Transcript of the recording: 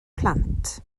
plant